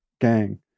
gang